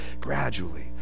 gradually